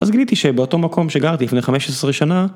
אז גיליתי שבאותו מקום שגרתי לפני 15 שנה...